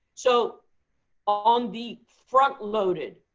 so on the front loaded,